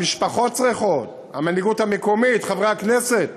המשפחות צריכות, המנהיגות המקומית, חברי הכנסת.